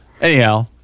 Anyhow